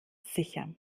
sicher